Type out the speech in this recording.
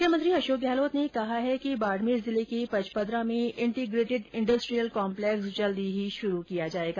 मुख्यमंत्री अशोक गहलोत ने कहा है कि बाड़मेर जिले के पचपदरा में इंटिग्रेटेड इंडस्ट्रियल कॉम्पलेक्स जल्दी ही शुरू किया जाएगा